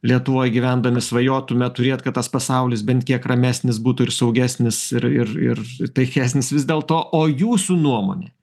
lietuvoj gyvendami svajotume turėt kad tas pasaulis bent kiek ramesnis būtų ir saugesnis ir ir ir taikesnis vis dėlto o jūsų nuomone